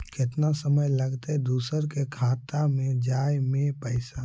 केतना समय लगतैय दुसर के खाता में जाय में पैसा?